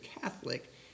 Catholic